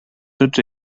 tots